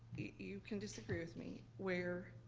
you can disagree with me, where